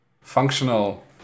functional